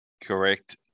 Correct